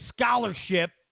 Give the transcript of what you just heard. scholarship